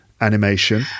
animation